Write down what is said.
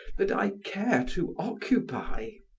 that i care to occupy.